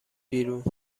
بیرون